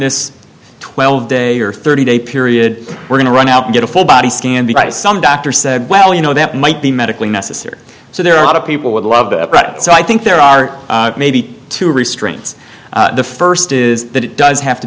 this twelve day or thirty day period we're going to run out and get a full body scan because some doctor said well you know that might be medically necessary so there are a lot of people would love the product so i think there are maybe two restraints the first is that it does have to